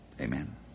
Amen